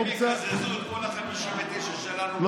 הם יקזזו את כל ה-59 שלנו לפחות ויישארו שניים ויצביעו,